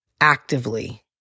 actively